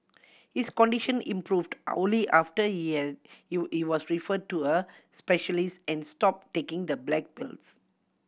his condition improved only after was referred to a specialist and stopped taking the black pills